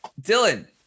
Dylan